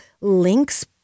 links